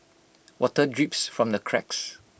water drips from the cracks